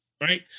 right